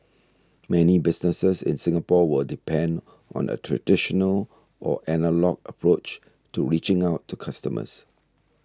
many businesses in Singapore will depend on a traditional or analogue approach to reaching out to customers